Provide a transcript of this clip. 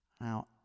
Now